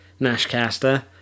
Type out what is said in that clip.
Nashcaster